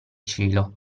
cielo